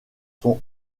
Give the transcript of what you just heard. sont